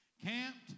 Camped